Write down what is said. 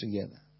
together